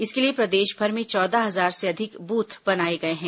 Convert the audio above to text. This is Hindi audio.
इसके लिए प्रदेशभर में चौदह हजार से अधिक बूथ बनाए गए हैं